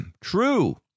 True